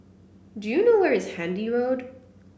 do you know where is Handy Road